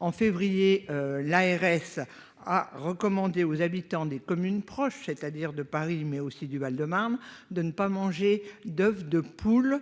en février, l'ARS a recommandé aux habitants des communes proches, c'est-à-dire de Paris mais aussi du Val-de-Marne, de ne pas manger d'oeuf de poules